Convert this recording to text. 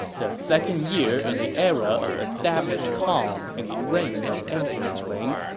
the second year in the era of established calm in the reign of emperor ling.